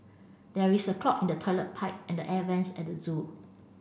there is a clog in the toilet pipe and the air vents at the zoo